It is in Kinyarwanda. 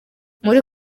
muri